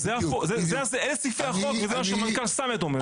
אלה סעיפי החוק וזה מה שהמנכ"ל סמט אומר.